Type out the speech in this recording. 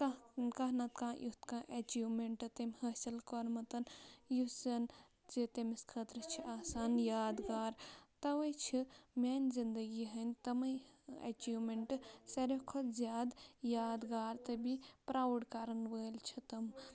کانٛہہ کانٛہہ نَتہٕ کانٛہہ یُتھ کانٛہہ اٮ۪چیٖومٮ۪نٹ تم حٲصِل کوٚرمُت یُس زَن زِ تٔمِس خٲطرٕ چھِ آسان یادگار تَوَے چھِ میانہِ زِندگی ہٕنٛدۍ تٕمٕے اٮ۪چیٖومٮ۪نٹ ساروٕے کھۄتہٕ زیادٕ یادگار تہٕ بیٚیہِ پرٛاوُڈ کَرَن وٲلۍ چھِ تم